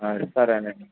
సరేనండి